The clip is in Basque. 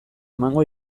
emango